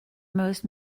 most